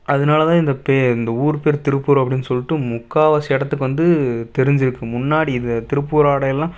அதனால தான் இந்த பே இந்த ஊர் பேர் திருப்பூர் அப்படினு சொல்லிட்டு முக்கால்வாசி இடத்துக்கு வந்து தெரிஞ்சிருக்கும் முன்னாடி இது திருப்பூர் ஆடையெல்லாம்